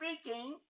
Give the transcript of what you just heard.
speaking